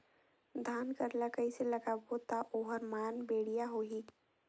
धान कर ला कइसे लगाबो ता ओहार मान बेडिया होही?